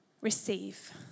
receive